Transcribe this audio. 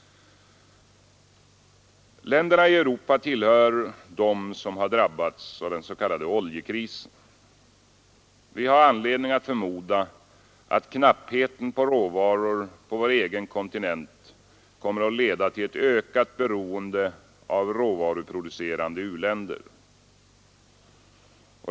Länderna i Europa tillhör dem som drabbats av den s.k. oljekrisen. Vi har anledning att förmoda att knappheten på råvaror på vår egen kontinent kommer att leda till ett ökat beroende av råvaruproducerande u-länder.